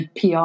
PR